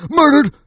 murdered